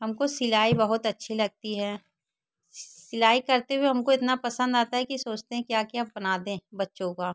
हमको सिलाई बहुत अच्छी लगती है सिलाई करते हुए हमको इतना पसंद आता है की सोचते हैं क्या क्या बना दें बच्चों का